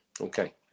Okay